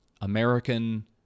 American